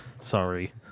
sorry